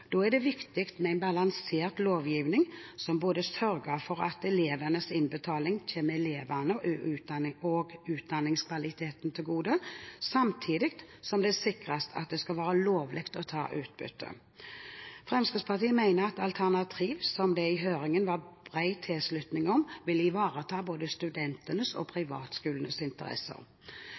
Da er det viktig med en balansert lovgivning, som sørger for at elevenes innbetaling kommer elevene og utdanningskvaliteten til gode, samtidig som det sikres at det skal være lovlig å ta ut utbytte. Fremskrittspartiet mener at alternativ 3, som det i høringen var bred tilslutning til, vil ivareta både studentenes og privatskolenes interesser.